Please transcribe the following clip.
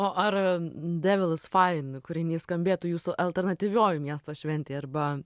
o ar devil is fine kūrinys skambėtų jūsų alternatyvioj miesto šventėj arba